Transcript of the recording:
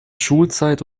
schulzeit